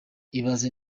ibaze